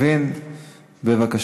ותעבור לוועדת